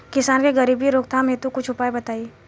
किसान के गरीबी रोकथाम हेतु कुछ उपाय बताई?